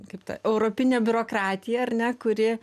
kaip ta europine biurokratija ar ne kuri